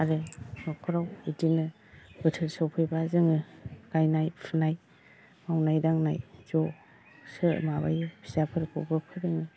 आरो न'खराव बिदिनो बोथोर सफैबा जोङो गायनाय फुनाय मावनाय दांनाय ज'सो माबायो फिसाफोरखौबो फोरोङो